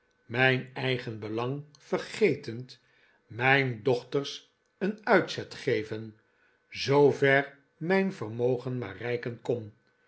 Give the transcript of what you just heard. mijn eigen belang vergetend mijn dochters een uitzet geven zoover mijn vermogen maar reiken kon